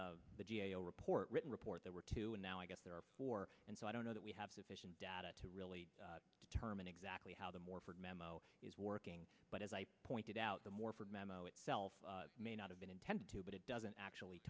the the g a o report written report there were two and now i guess there are four and so i don't know that we have sufficient data to really determine exactly how the morford memo is working but as i pointed out the morford memo itself may not have been intended to but it doesn't actually